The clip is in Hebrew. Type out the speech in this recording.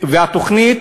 והתוכנית,